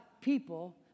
people